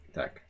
tak